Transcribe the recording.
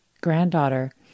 granddaughter